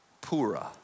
Pura